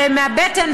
ומהבטן,